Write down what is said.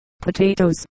potatoes